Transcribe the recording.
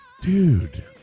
dude